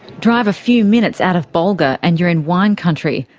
drive a few minutes out of bulga and you're in wine country,